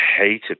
hated